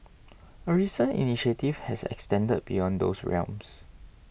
a recent initiative has extended beyond those realms